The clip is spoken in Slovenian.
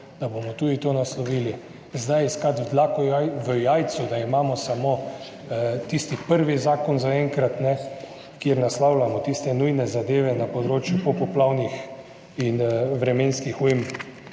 da bomo tudi to naslovili. Iskati dlako v jajcu, da imamo zaenkrat samo tisti prvi zakon, kjer naslavljamo tiste nujne zadeve na področju popoplavnih in vremenskih ujm